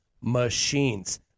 machines